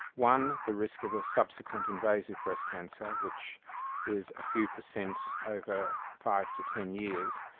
one, the risk of a subsequent invasive breast cancer which is a few per cent over five to ten years,